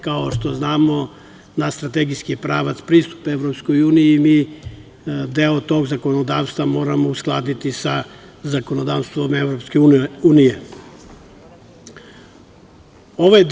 Kao što znamo, naš strategijski pravac pristupa Evropskoj uniji, mi deo tog zakonodavstva moramo uskladiti sa zakonodavstvom Evropske unije.